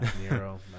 Nero